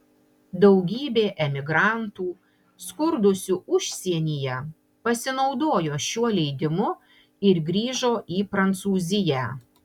daugybė emigrantų skurdusių užsienyje pasinaudojo šiuo leidimu ir grįžo į prancūziją